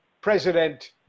President